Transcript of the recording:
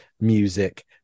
music